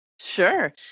Sure